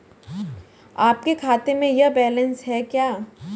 आपके खाते में यह बैलेंस है क्या?